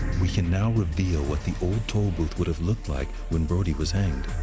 we can now reveal what the old tollbooth would have looked like when brodie was hanged.